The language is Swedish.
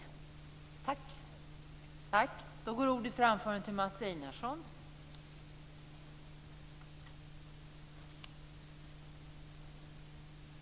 Tack!